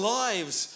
lives